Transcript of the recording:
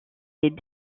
les